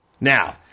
Now